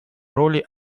роли